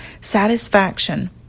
Satisfaction